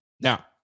Now